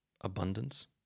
abundance